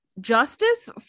justice